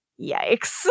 Yikes